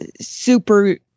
super